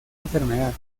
enfermedad